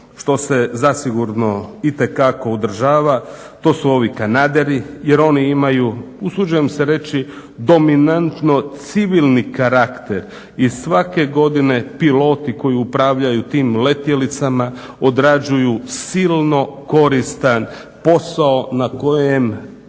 što se zasigurno itekako održava to su ovi kanaderi je oni imaju usuđujem se reći dominantno civilni karakter. I svake godine piloti koji upravljaju tim letjelicama odrađuju silno koristan posao na kojem